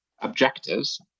Objectives